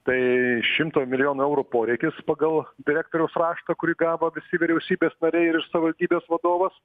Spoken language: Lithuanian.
tai šimto milijonų eurų poreikis pagal direktoriaus raštą kurį gavo visi vyriausybės nariai ir savivaldybės vadovas